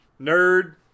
nerd